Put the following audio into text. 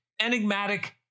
enigmatic